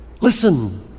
Listen